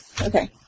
okay